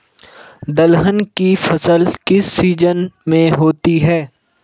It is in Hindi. दलहन की फसल किस सीजन में होती है?